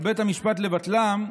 על בית המשפט לבטלם,